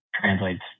translates